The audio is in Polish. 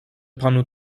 panu